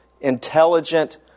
intelligent